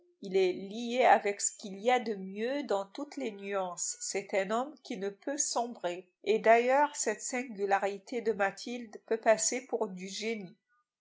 il est lié avec ce qu'il y a de mieux dans toutes les nuances c'est un homme qui ne peut sombrer et d'ailleurs cette singularité de mathilde peut passer pour du génie